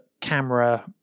camera